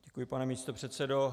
Děkuji, pane místopředsedo.